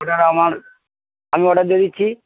order আমার আমি order দিয়ে দিচ্ছি